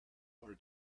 our